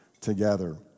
together